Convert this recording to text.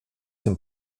dem